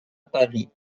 paris